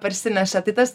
parsineša tai tas